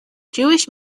jewish